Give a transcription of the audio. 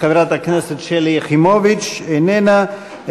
חברת הכנסת שלי יחימוביץ, איננה.